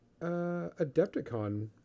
Adepticon